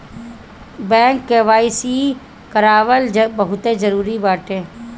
bank KYC करावल बहुते जरुरी हटे